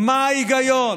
מה ההיגיון